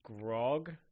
Grog